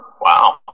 Wow